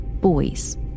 boys